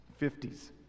50s